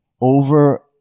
over